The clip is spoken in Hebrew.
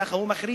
ככה הוא מכריז.